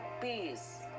peace